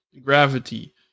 gravity